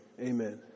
amen